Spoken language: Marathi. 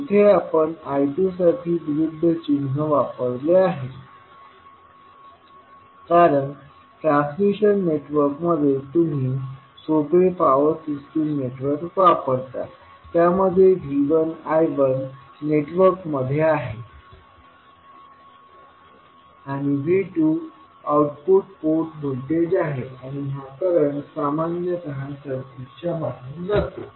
येथे आपण I2साठी विरुद्ध चिन्ह वापरले आहे कारण ट्रान्समिशन नेटवर्कमध्ये तुम्ही सोपे पावर सिस्टिम नेटवर्क वापरता त्यामध्ये V1 I1 नेटवर्कमध्ये आहे आणि V2 आउटपुट पोर्ट व्होल्टेज आहे आणि हा करंट सामान्यत सर्किटच्या बाहेर जातो